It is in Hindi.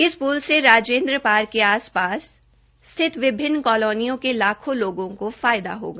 इस पुल से राजेंद्र पार्क के आसपास स्थित विभिन्न कॉलोनियों के लाखों लोगों को इसका लाभ मिलेगा